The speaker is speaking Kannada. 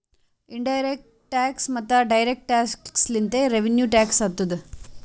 ಇನ್ ಡೈರೆಕ್ಟ್ ಟ್ಯಾಕ್ಸ್ ಮತ್ತ ಡೈರೆಕ್ಟ್ ಟ್ಯಾಕ್ಸ್ ಲಿಂತೆ ರೆವಿನ್ಯೂ ಟ್ಯಾಕ್ಸ್ ಆತ್ತುದ್